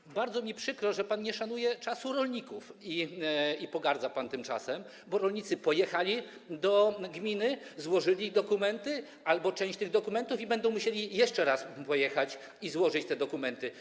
I bardzo mi przykro, że pan nie szanuje czasu rolników i pogardza pan tym czasem, bo rolnicy pojechali do gminy, złożyli dokumenty albo część tych dokumentów i będą musieli jeszcze raz pojechać i złożyć te dokumenty.